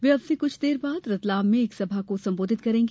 वे अब से कुछ देर बाद रतलाम में एक सभा को संबोधित करेंगी